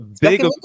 big